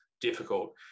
difficult